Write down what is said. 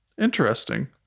Interesting